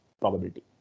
probability